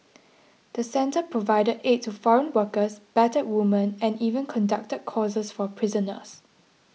the centre provided aid to foreign workers battered women and even conducted courses for prisoners